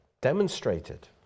demonstrated